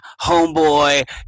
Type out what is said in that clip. homeboy